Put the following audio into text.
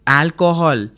alcohol